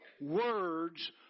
words